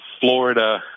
Florida